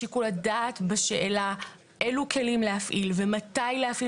שיקול הדעת בשאלה אלו כלים להפעיל ומתי להפעיל